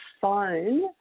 phone